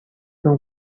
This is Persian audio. زوم